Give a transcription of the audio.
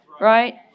Right